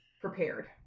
prepared